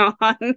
on